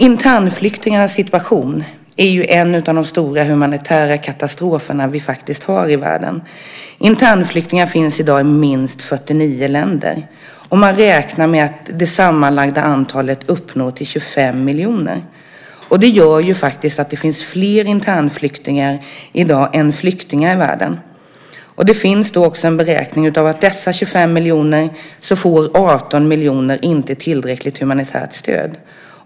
Internflyktingarnas situation är ju en av de stora humanitära katastroferna vi har i världen. Internflyktingar finns i dag i minst 49 länder, och man räknar med att det sammanlagda antalet uppgår till 25 miljoner. Det gör faktiskt att det finns fler internflyktingar i dag än flyktingar i världen. Det finns också en beräkning som visar att av dessa 25 miljoner får 18 miljoner inte tillräckligt humanitärt stöd.